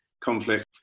conflict